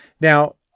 Now